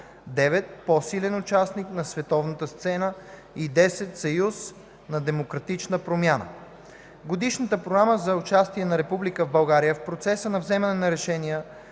9. По-силен участник на световната сцена. 10. Съюз на демократична промяна. Годишната програма за участие на Република България в процеса на вземане на решения